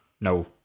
No